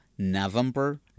November